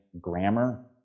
grammar